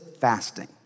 fasting